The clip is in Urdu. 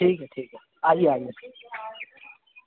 ٹھیک ہے ٹھیک ہے آئیے آئیے